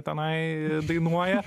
tenai dainuoja